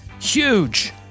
huge